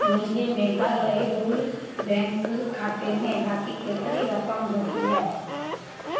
मुंहिंजे Meghalaya rural bank खाते में बाकी केतिरी रक़म बची आहे